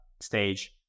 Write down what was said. stage